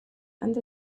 and